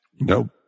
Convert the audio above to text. Nope